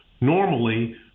normally